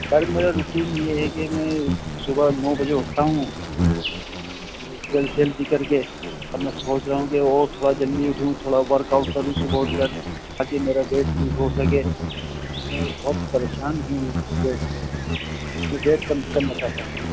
سر میرا روٹین یہ ہے کہ میں صبح نو بجے اٹھتا ہوں جلد سے جلدی کر کے اب میں سوچ رہا ہوں کہ اور تھوڑا جلدی اٹھوں تھوڑا ورک آؤٹ کروں صبح اٹھ کر تاکہ میرا ویٹ لوز ہو سکے میں بہت پریشان ہوں ویٹ سے میں ویٹ کم کرنا چاہتا ہوں